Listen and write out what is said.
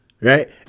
right